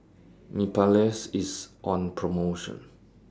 Mepilex IS on promotion